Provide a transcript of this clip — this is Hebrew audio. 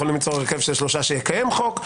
יכולים ליצור הרכב של שלושה שיקיים חוק,